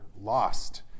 lost